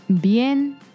Bien